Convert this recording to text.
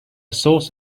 source